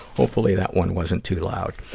hopefully, that one wasn't too loud.